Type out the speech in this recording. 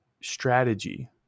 strategy